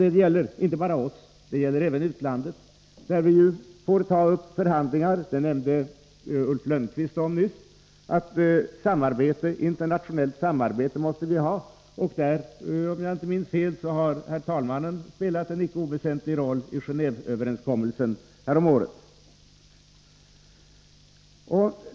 Detta gäller inte bara oss. Det gäller även utlandet, och där får vi ju ta upp förhandlingar. Ulf Lönnqvist nämnde nyss att vi måste ha internationellt samarbete, och om jag inte minns fel spelade herr talmannen en icke oväsentlig roll i samband med Genåveöverenskommelsen häromåret.